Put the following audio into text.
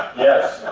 yes,